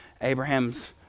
Abraham's